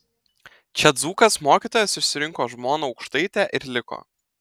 čia dzūkas mokytojas išsirinko žmoną aukštaitę ir liko